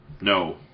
No